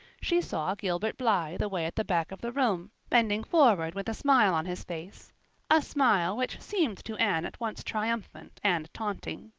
she saw gilbert blythe away at the back of the room, bending forward with a smile on his face a smile which seemed to anne at once triumphant and taunting.